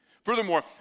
Furthermore